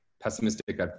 pessimistic